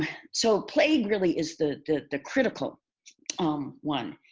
so, plague really is the the critical um one.